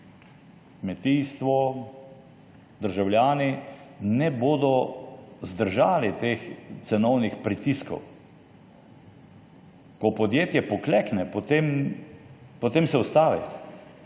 kmetijstvo, državljani ne bodo zdržali teh cenovnih pritiskov. Ko podjetje poklekne, potem se ustavi,